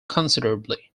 considerably